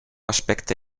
aspecte